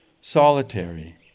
solitary